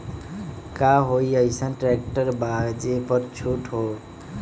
का कोइ अईसन ट्रैक्टर बा जे पर छूट हो?